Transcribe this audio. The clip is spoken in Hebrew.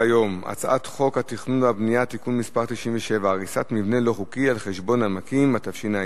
אין מתנגדים, יש נמנע אחד.